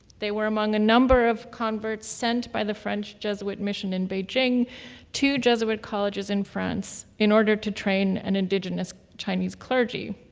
they were among a number of converts sent by the french jesuit mission in beijing to jesuit colleges in france in order to train an indigenous chinese clergy.